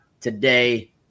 today